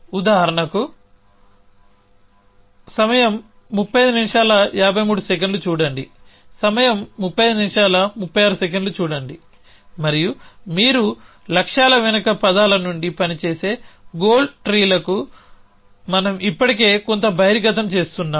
ఉదాహరణకుసమయం 3553 చూడండి సమయం 3536 చూడండి మరియు మీరు లక్ష్యాల వెనుక పదాల నుండి పని చేసే గోల్ ట్రీలకు మనం ఇప్పటికే కొంత బహిర్గతం చేస్తున్నాము